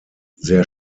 sehr